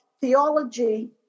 Theology